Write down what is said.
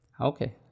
Okay